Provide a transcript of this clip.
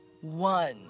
one